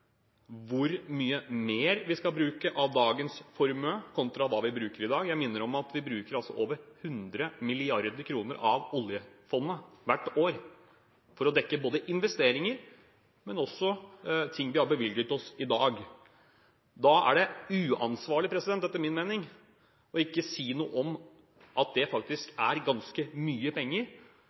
hvor mye mer vi skal bruke av dagens formue, kontra hva vi bruker i dag. Jeg minner om at vi bruker over 100 mrd. kr av Oljefondet hvert år for å dekke både investeringer og ting vi har bevilget oss i dag. Da er det etter min mening uansvarlig ikke å si noe om at det faktisk er ganske mye penger.